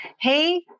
Hey